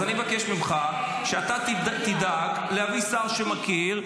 אז אני מבקש ממך שאתה תדאג להביא שר שמכיר.